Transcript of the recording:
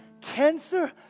Cancer